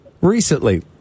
recently